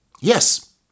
Yes